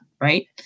right